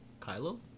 Kylo